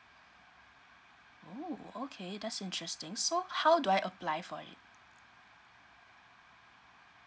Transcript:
oh okay that's interesting so how do I apply for it